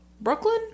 Brooklyn